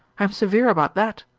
am severe about that